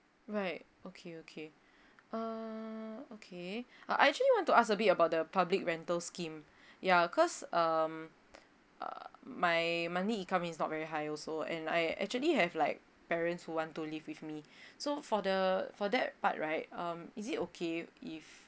right okay okay err okay I actually want to ask a bit about the public rental scheme ya cause um uh my money income is not very high also and I actually have like parents who want to live with me so for the for that part right um is it okay if